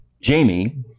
Jamie